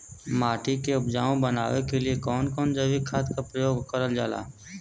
माटी के उपजाऊ बनाने के लिए कौन कौन जैविक खाद का प्रयोग करल जाला?